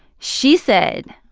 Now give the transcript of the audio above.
she said,